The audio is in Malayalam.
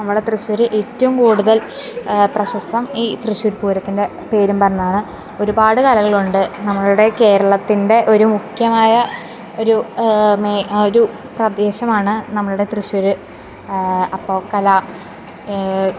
നമ്മുടെ തൃശ്ശൂര് ഏറ്റവും കൂടുതൽ പ്രശസ്തം ഈ തൃശ്ശൂർ പൂരത്തിൻ്റെ പേരും പറഞ്ഞാണ് ഒരുപാട് കാര്യങ്ങളുണ്ട് നമ്മളുടെ കേരളത്തിൻ്റെ ഒരു മുഖ്യമായ ഒരു മേഖ ഒരു പ്രദേശമാണ് നമ്മളുടെ തൃശ്ശൂര് അപ്പോൾ കല